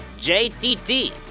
JTT